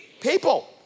People